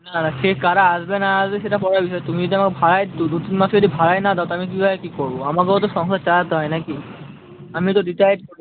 না না সে কারা আসবে না আসবে সেটা পরের বিষয় তুমি যদি আমার ভাড়াই দু দু তিন মাসের যদি ভাড়াই না দাও তা আমি কীভাবে কী করবো আমাকেও তো সংসার চালাতে হয় নাকি আমি তো রিটায়ার্ড করেছি